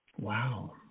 Wow